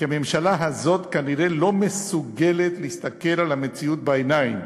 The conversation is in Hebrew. כי הממשלה הזאת כנראה לא מסוגלת להסתכל על המציאות בעיניים,